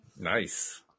nice